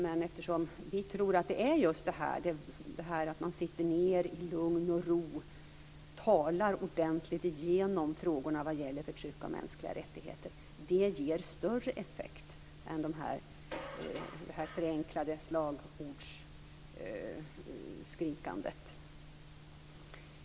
Men vi tror att just detta att man sitter ned i lugn och ro och ordentligt talar igenom frågorna om förtryck och mänskliga rättigheter ger större effekt än ett förenklat slagordsskrikande.